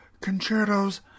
concertos